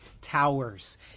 towers